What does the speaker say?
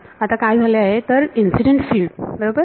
तर आता काय झाले आहे तर इन्सिडेंट फिल्ड बरोबर